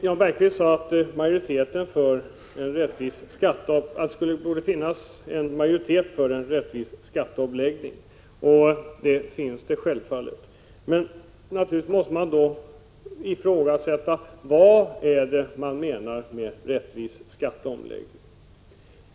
Jan Bergqvist sade att det borde finnas en majoritet för en rättvis skatteomläggning, och det finns det självfallet. Men naturligtvis måste man då ifrågasätta vad det är som menas med en rättvis skatteomläggning.